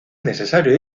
necesario